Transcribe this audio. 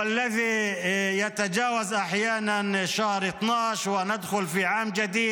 שזה מגיע לפעמים לחודש